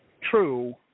true